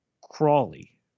Crawley